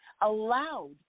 allowed